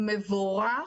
מבורך,